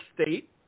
state